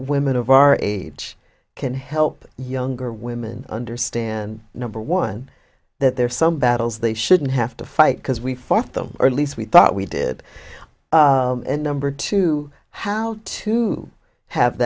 women of our age can help younger women understand number one that there are some battles they shouldn't have to fight because we fought them or at least we thought we did number two how to have